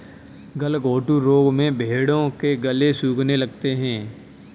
गलघोंटू रोग में भेंड़ों के गले सूखने लगते हैं